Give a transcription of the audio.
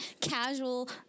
casual